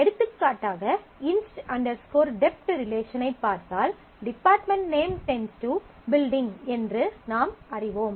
எடுத்துக்காட்டாக inst dept inst dept relation ஐப் பார்த்தால் டிபார்ட்மென்ட் நேம் → பில்டிங் என்று நாம் அறிவோம்